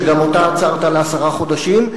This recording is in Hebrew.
שגם אותה עצרת לעשרה חודשים,